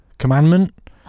Commandment